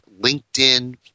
LinkedIn